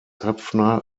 höpfner